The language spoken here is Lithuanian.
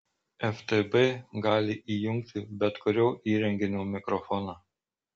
ftb gali įjungti bet kurio įrenginio mikrofoną